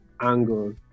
angle